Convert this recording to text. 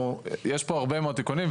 יש פה הרבה מאוד תיקונים,